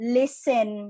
listen